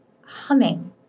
humming